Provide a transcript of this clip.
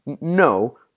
No